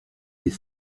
des